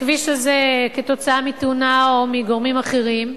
כתוצאה מתאונה או מגורמים אחרים.